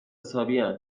حسابین